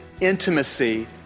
intimacy